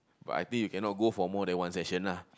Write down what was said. but I think you cannot go for more than one session lah